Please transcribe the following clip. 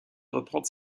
reprendre